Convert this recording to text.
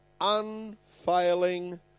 unfailing